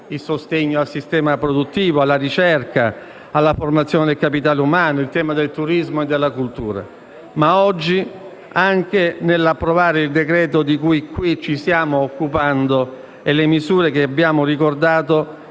al sistema produttivo,